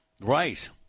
Right